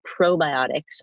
probiotics